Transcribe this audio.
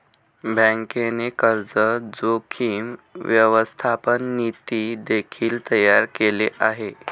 बँकेने कर्ज जोखीम व्यवस्थापन नीती देखील तयार केले आहे